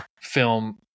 film